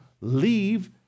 leave